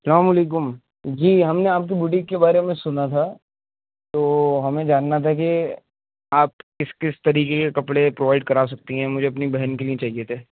سلام علیکم جی ہم نے آپ کی بوٹیک کے بارے میں سنا تھا تو ہمیں جاننا تھا کہ آپ کس کس طریقے کے کپڑے پروائڈ کرا سکتی ہیں مجھے اپنی بہن کے لیے چاہیے تھے